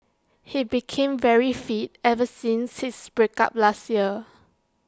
he became very fit ever since his break up last year